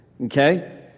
okay